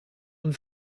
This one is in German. und